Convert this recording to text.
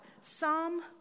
Psalm